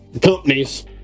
companies